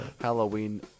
Halloween